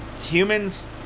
humans